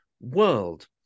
world